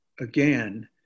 again